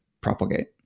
propagate